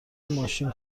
ماشین